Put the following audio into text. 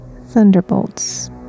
thunderbolts